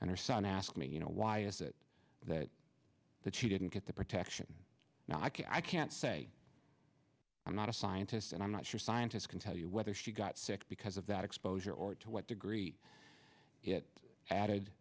and her son asked me you know why is it that that she didn't get the protection now i can't say i'm not a scientist and i'm not sure scientists can tell you whether she got sick because of that exposure or to what degree it added